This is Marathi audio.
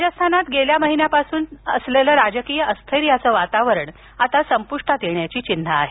राजस्थानात गेल्या महिन्यापासून असलेले राजकीय अस्थैर्याचं वातावरण संपुष्टात येण्याची चिन्हं आहेत